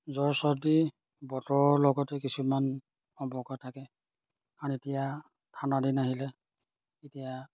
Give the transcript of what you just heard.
জ্বৰ চৰ্দি বতৰৰ লগতে কিছুমান সম্পৰ্ক থাকে কাৰণ এতিয়া ঠাণ্ডা দিন আহিলে এতিয়া